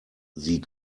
sie